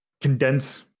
condense